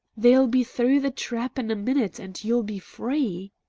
they'll be through the trap in a minute, and you'll be free!